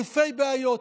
אלפי בעיות.